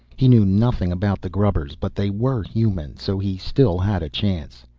he knew nothing about the grubbers, but they were human so he still had a chance.